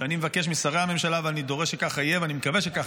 ואני מבקש משרי הממשלה ואני דורש שכך יהיה ואני מקווה שכך